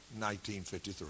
1953